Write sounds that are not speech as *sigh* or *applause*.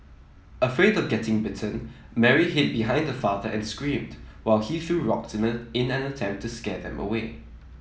afraid of getting bitten Mary hid behind her father and screamed while he threw *unintelligible* in an attempt to scare them away